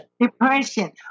Depression